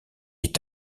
est